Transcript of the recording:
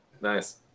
Nice